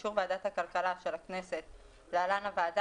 ובאישור ועדת הכלכלה של הכנסת (להלן הוועדה),